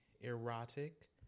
erotic